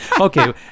Okay